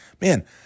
man